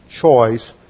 choice